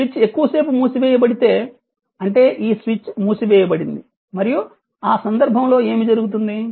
ఈ స్విచ్ ఎక్కువ సేపు మూసివేయబడితే అంటే ఈ స్విచ్ మూసివేయబడింది మరియు ఆ సందర్భంలో ఏమి జరుగుతుంది